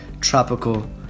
tropical